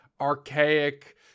archaic